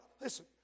Listen